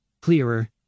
clearer